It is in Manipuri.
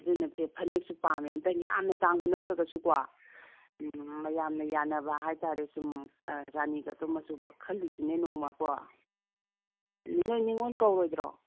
ꯑꯗꯨꯅ ꯐꯅꯦꯛꯁꯨ ꯄꯥꯝꯃꯦ ꯑꯃꯇꯪ ꯌꯥꯝꯅ ꯇꯥꯡꯕ ꯅꯠꯇ꯭ꯔꯒꯁꯨꯀꯣ ꯃꯌꯥꯝꯅ ꯌꯥꯅꯕ ꯍꯥꯏꯇꯔꯦ ꯁꯨꯝ ꯔꯥꯅꯤꯒꯗꯣ ꯃꯆꯨ ꯈꯜꯂꯨꯁꯤꯅꯦ ꯅꯣꯡꯃꯀꯣ ꯅꯣꯏ ꯅꯤꯡꯉꯣꯜ ꯀꯧꯔꯣꯏꯗ꯭ꯔꯣ